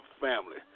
family